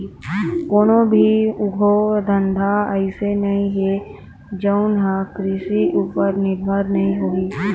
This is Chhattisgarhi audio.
कोनो भी उद्योग धंधा अइसे नइ हे जउन ह कृषि उपर निरभर नइ होही